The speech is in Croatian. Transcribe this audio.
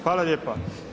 Hvala lijepa.